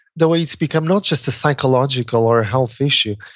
the way it's become not just a psychological or a health issue,